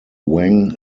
wang